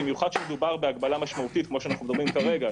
במיוחד כשמדובר בהגבלה משמעותית כפי שאנחנו מדברים כרגע,